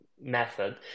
method